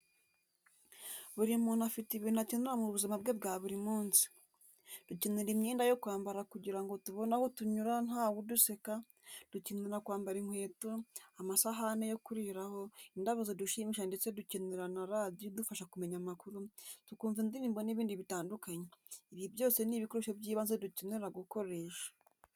Buri muntu afite ibintu akenera mu buzima bwe bwa buri munsi, dukenera imyenda yo kwambara kugira ngo tubone aho tunyura nta wuduseka, dukenera kwambara inkweto, amasahane yo kuriraho, indabo zidushimisha ndetse dukenera na radiyo idufasha kumenya amakuru, tukumva indirimbo n'ibindi bitandukanye, ibi byose ni ibikoresho byibanze dukenara gukoresha.